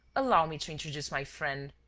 allow me to introduce my friend.